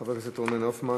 חבר הכנסת רונן הופמן,